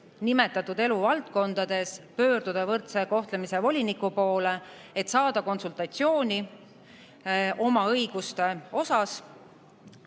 nimetatud eluvaldkondades võrdse kohtlemise voliniku poole, et saada konsultatsiooni oma õiguste asjus.